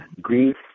grief